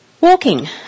walking